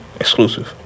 exclusive